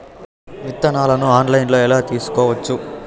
విత్తనాలను ఆన్లైన్లో ఎలా తీసుకోవచ్చు